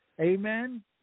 amen